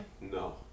No